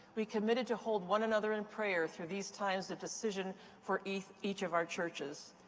we committed to hold one another in prayer through these times of decision for each each of our churches.